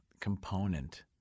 component